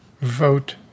vote